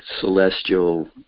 celestial